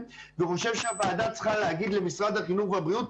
וחושב שהוועדה צריכה להגיד למשרדי החינוך והבריאות,